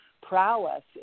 prowess